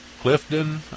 Clifton